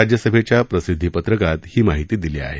राज्यसभेच्या प्रसिद्धी पत्रकात ही माहिती दिली आहे